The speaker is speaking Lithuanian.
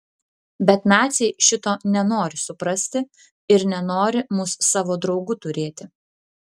bet naciai šito nenori suprasti ir nenori mus savo draugu turėti